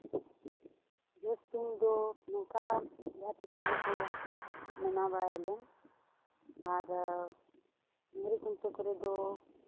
ᱡᱚᱥ ᱛᱩᱧ ᱫᱚ ᱱᱚᱝᱠᱟ ᱡᱟᱦᱟᱸ ᱛᱤᱥ ᱠᱚᱨᱮ ᱠᱚ ᱢᱟᱱᱟᱣ ᱵᱟᱲᱟᱭᱟᱞᱮ ᱟᱨ ᱰᱟᱹᱝᱨᱤ ᱠᱷᱩᱱᱴᱟᱹᱣ ᱠᱚᱨᱮ ᱫᱚ